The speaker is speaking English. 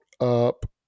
up